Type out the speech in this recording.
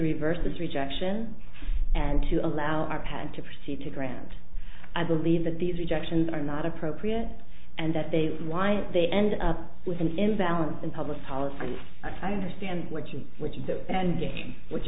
reverse this rejection and to allow our patent to proceed to grant i believe that these rejections are not appropriate and that they why they end up with an imbalance in public policy i understand what you which is the end game which